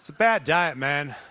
bad diet, man.